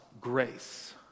grace